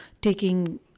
taking